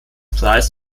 preis